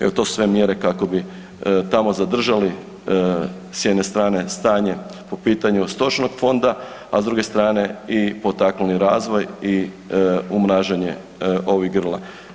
Evo, to su sve mjere kako bi tamo zadržali s jedne strane stanje po pitanju stočnog fonda, a s druge strane i potaknuli razvoj i umnažanje ovih grla.